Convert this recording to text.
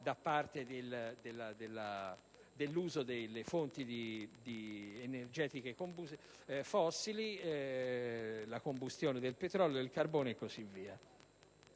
anche all'uso delle fonti energetiche fossili (combustione del petrolio, del carbone e così via).